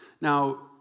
Now